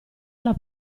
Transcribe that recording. alla